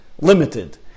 limited